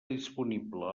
disponible